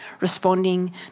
responding